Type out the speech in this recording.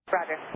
Roger